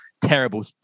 terrible